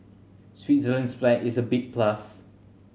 Switzerland's flag is a big plus